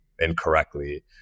incorrectly